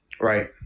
Right